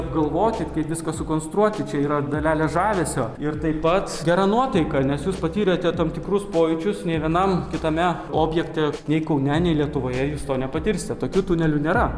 apgalvoti kaip viską sukonstruoti čia yra dalelė žavesio ir taip pat gera nuotaika nes jūs patyrėte tam tikrus pojūčius nei vienam kitame objekte nei kaune nei lietuvoje jūs to nepatirsit tokių tunelių nėra